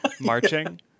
marching